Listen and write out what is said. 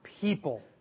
people